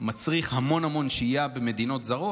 מצריך המון המון שהייה במדינות זרות.